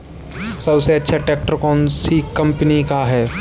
सबसे अच्छा ट्रैक्टर कौन सी कम्पनी का है?